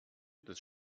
des